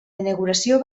inauguració